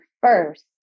first